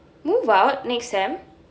move out next semester